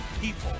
people